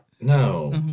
No